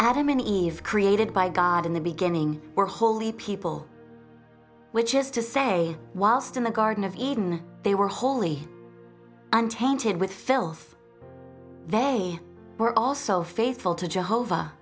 adam and eve created by god in the beginning were holy people which is to say whilst in the garden of eden they were wholly untainted with filth they were also faithful to jehovah